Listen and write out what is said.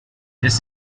this